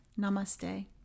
Namaste